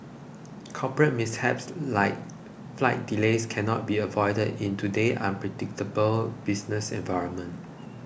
corporate mishaps like flight delays cannot be avoided in today's unpredictable business environment